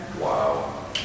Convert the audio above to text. Wow